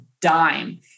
dime